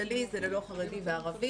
כללי זה ללא חרדי וערבי.